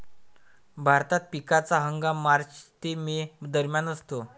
भारतात पिकाचा हंगाम मार्च ते मे दरम्यान असतो